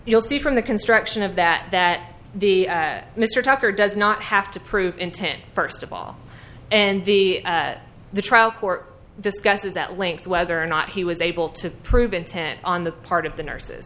you'll see from the construction of that that the mr tucker does not have to prove intent first of all and the trial court discusses that length whether or not he was able to prove intent on the part of the nurses